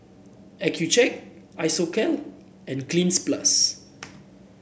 Accucheck Isocal and Cleanz Plus